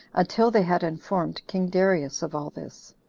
until they had informed king darius of all this.